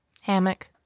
Hammock